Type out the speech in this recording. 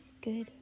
good